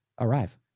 arrive